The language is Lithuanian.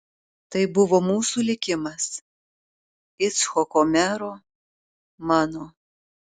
tai buvo mūsų likimas icchoko mero mano